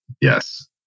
Yes